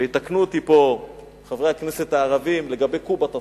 ויתקנו אותי חברי הכנסת הערבים לגבי קובת א-צח'רה.